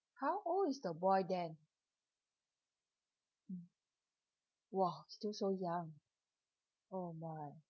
how old is the boy then !whoa! still so young oh my